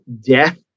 death